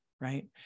right